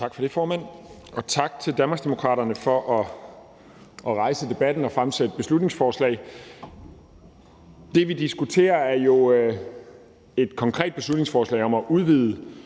Tak for det, formand, og tak til Danmarksdemokraterne for at rejse debatten og fremsætte et beslutningsforslag. Det, vi diskuterer, er et konkret beslutningsforslag om at udvide